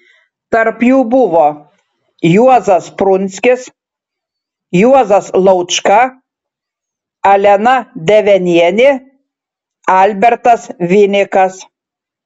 tarp jų buvo juozas prunskis juozas laučka alena devenienė albertas vinikas